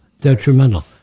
detrimental